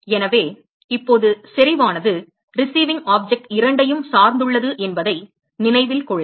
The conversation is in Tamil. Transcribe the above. எனவே இப்போது செறிவு ஆனது ரிசிவிங் ஆப்ஜெக்ட் இரண்டையும் சார்ந்துள்ளது என்பதை நினைவில் கொள்க